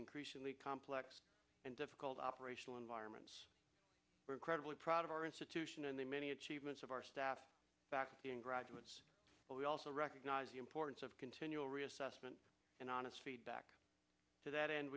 increasingly complex and difficult operational environments credibly proud of our institution and the many achievements of our staff back graduates but we also recognize the importance of continual reassessment and honest feedback to that end